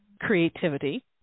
creativity